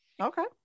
Okay